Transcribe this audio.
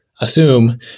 assume